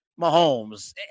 Mahomes